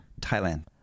thailand